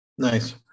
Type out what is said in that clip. nice